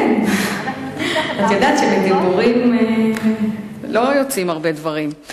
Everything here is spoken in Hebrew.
כן, את יודעת שמדיבורים לא יוצאים הרבה דברים.